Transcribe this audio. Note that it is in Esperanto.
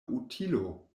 utilo